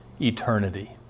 eternity